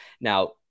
Now